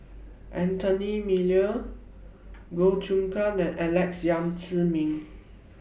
Anthony Miller Goh Choon Kang and Alex Yam Ziming